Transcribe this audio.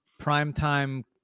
primetime